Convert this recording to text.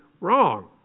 wrong